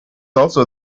also